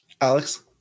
Alex